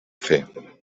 fer